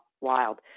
Wild